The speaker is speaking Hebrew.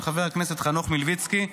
של חבר הכנסת חנוך מלביצקי.